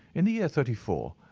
in the year thirty four.